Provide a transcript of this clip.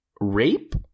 rape